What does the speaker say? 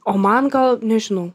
o man gal nežinau